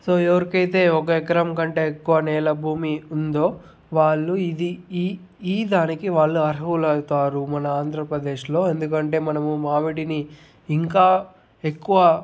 so ఎవరికైతే ఒక ఎకరం కంటే ఎక్కువ నేల భూమి ఉందో వాళ్లు ఇది ఈ దానికి వాళ్లు అర్హులు అవుతారు మన ఆంధ్రప్రదేశ్లో ఎందుకంటే మనము మామిడిని ఇంకా ఎక్కువ